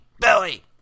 Billy